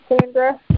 Sandra